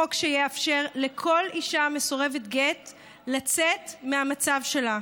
חוק שיאפשר לכל אישה מסורבת גט לצאת מהמצב שלה,